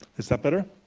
is that better?